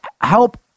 help